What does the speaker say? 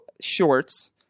shorts